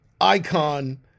Icon